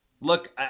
Look